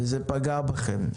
וזה פגע בכם.